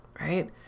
right